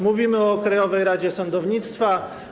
Mówimy o Krajowej Radzie Sądownictwa.